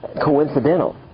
coincidental